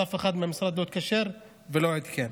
ואף אחד מהמשרד לא התקשר ולא עדכן,